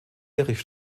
erich